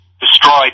destroyed